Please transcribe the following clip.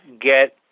get